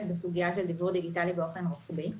בסוגיה של דיוור דיגיטלי באופן רוחבי.